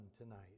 tonight